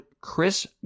Chris